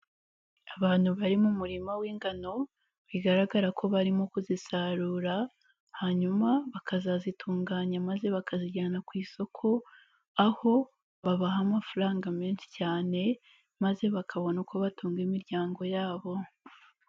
Abantu bari mu murima w'ingano, bigaragara ko barimo kuzisarura hanyuma bakazazitunganya maze bakazijyana ku isoko, aho babaha amafaranga menshi cyane maze bakabona uko batunga imiryango yabo.